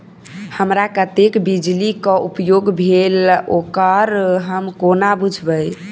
हमरा कत्तेक बिजली कऽ उपयोग भेल ओकर हम कोना बुझबै?